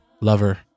lover